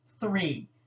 three